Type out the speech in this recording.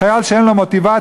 חייל שאין לו מוטיבציה,